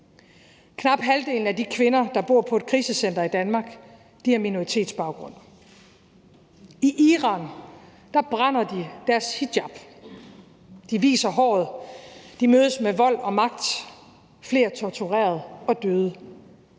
Knap halvdelen af de kvinder, der bor på et krisecenter i Danmark, har minoritetsbaggrund. I Iran brænder de deres hijab, de viser håret, de mødes med vold og magt med flere torturerede og døde